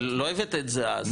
אבל לא הבאת את זה אז.